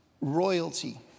royalty